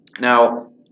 Now